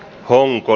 onko